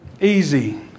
easy